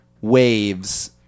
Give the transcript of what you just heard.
waves